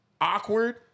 awkward